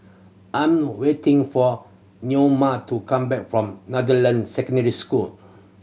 I'm waiting for to come back from Secondary School